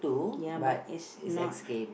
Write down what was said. ya but is not